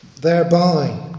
thereby